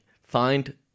find